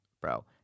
bro